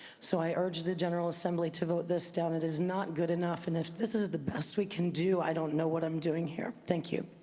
so i urge the general assembly to vote this down. it is not good enough, and if this is the best we can do, i don't know what i'm doing here. thank you.